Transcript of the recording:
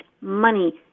money